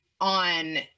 on